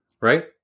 Right